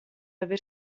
aver